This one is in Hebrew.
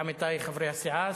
עמיתי חברי הסיעה,